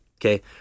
okay